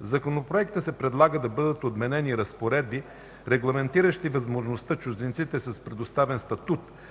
В Законопроекта се предлага да бъдат отменени разпоредби, регламентиращи възможността чужденците с предоставен статут